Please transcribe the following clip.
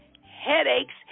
headaches